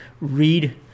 read